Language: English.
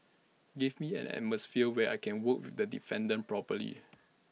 give me an atmosphere where I can work with the defendant properly